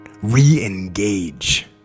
re-engage